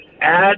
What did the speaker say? add